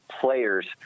players